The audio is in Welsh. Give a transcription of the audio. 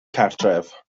cartref